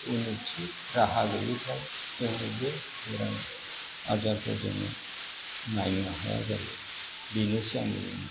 उनत्ति राहा गैयिखाय जोङो बे बेराम आजारफोरजोंनो नायनो हाया जायो बेनोसै आंनि बुंनाया